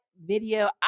video